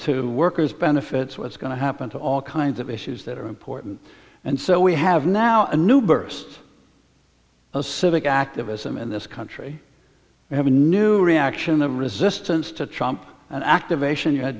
to workers benefits what's going to happen to all kinds of issues that are important and so we have now a new burst of civic activism in this country we have a new reaction of resistance to trump and activation you had